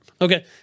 Okay